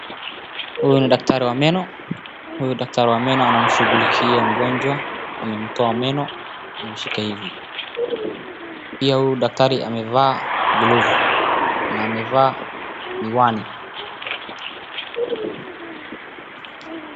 Huyu ni daktari wa meno, huyu daktari wa meno anamshughulikia mgonjwa, amemtoa meno, amemshika hivi. Pia huyu daktari amevaa glovu na amevaa miwani.